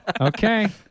Okay